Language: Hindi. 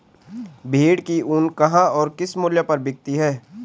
भेड़ की ऊन कहाँ और किस मूल्य पर बिकती है?